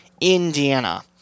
Indiana